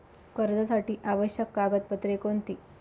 कर्जासाठी आवश्यक कागदपत्रे कोणती?